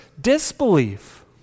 disbelief